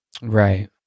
Right